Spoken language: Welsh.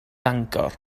fangor